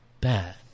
bad